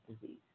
disease